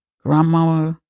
grandma